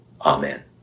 Amen